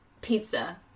pizza